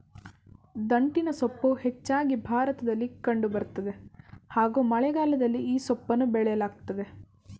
ದಂಟಿನಸೊಪ್ಪು ಹೆಚ್ಚಾಗಿ ಭಾರತದಲ್ಲಿ ಕಂಡು ಬರ್ತದೆ ಹಾಗೂ ಮಳೆಗಾಲದಲ್ಲಿ ಈ ಸೊಪ್ಪನ್ನ ಬೆಳೆಯಲಾಗ್ತದೆ